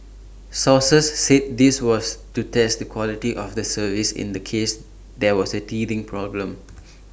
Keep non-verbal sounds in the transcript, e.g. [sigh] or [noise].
sources said this was to test the quality of the service in the case there were teething problems [noise]